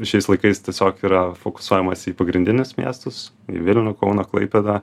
nu šiais laikais tiesiog yra fokusuojamasi į pagrindinius miestus į vilnių kauną klaipėdą